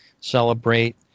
celebrate